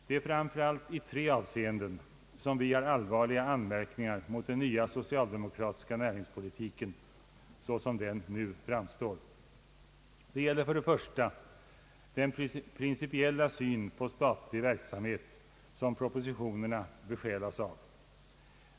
Det är framför allt i tre avseenden som vi har allvarliga anmärkningar mot den nya socialdemokratiska näringspolitiken såsom den nu framstår. Det gäller för det första den principiella syn på statlig verksamhet som propositionerna besjälas av.